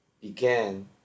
began